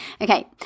Okay